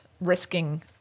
risking